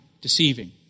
deceiving